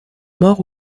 morts